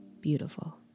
beautiful